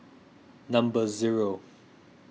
number zero